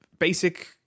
basic